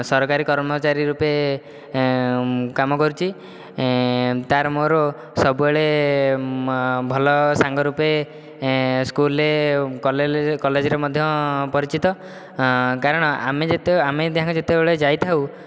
ସରକାରୀ କର୍ମଚାରୀ ରୂପେ କାମ କରୁଛି ତା'ର ମୋ'ର ସବୁବେଳେ ଭଲ ସାଙ୍ଗ ରୂପେ ସ୍କୁଲରେ କଲେଜରେ ମଧ୍ୟ ପରିଚିତ କାରଣ ଆମେ ଯେତେବେଳେ ଆମେ ଦିହେଁ ଯେତେବେଳେ ଯାଇଥାଉ